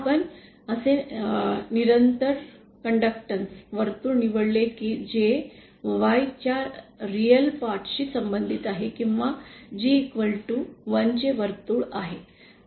आपण असे निरंतर कडक्टॅन्स वर्तुळ निवडले की जे Y च्या रील पार्ट शी संबंधित आहे किंवा G1वर्तुळ आहे